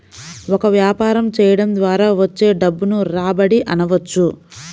ఒక వ్యాపారం చేయడం ద్వారా వచ్చే డబ్బును రాబడి అనవచ్చు